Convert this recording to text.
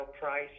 price